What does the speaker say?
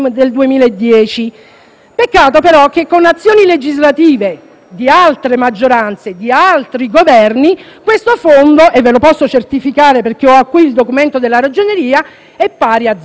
Peccato, però, che con azioni legislative di altre maggioranze e di altri Governi questo fondo - ve lo posso certificare perché ho qui il documento della Ragioneria - è pari a zero.